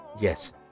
Yes